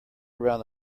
around